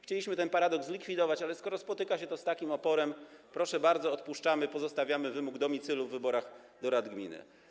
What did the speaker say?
Chcieliśmy ten paradoks zlikwidować, ale skoro spotyka się to z takim oporem, proszę bardzo, odpuszczamy, pozostawiamy wymóg domicylu w wyborach do rad gminy.